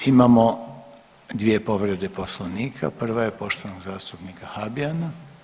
Imamo dvije povrede Poslovnika, prva je poštovanog zastupnika Habijana.